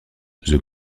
the